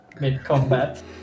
mid-combat